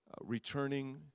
Returning